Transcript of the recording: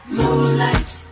Moonlight